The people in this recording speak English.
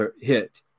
hit